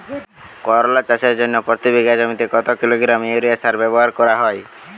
করলা চাষের জন্য প্রতি বিঘা জমিতে কত কিলোগ্রাম ইউরিয়া সার ব্যবহার করা হয়?